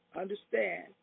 understand